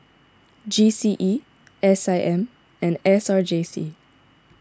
G C E S I M and S R J C